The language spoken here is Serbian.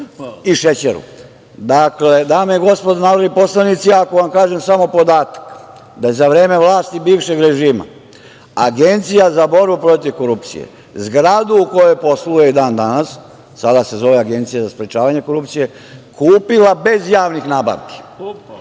i šećeru. Dame i gospodo narodni poslanici, ako vam kažem samo podatak da je za vreme vlasti bivšeg režima Agencija za borbu protiv korupcije zgradu u kojoj posluje i dan danas, sada se zove Agencija za sprečavanje korupcije, kupila bez javnih nabavki,